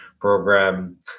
program